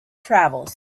travels